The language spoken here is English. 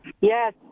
Yes